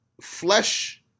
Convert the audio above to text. flesh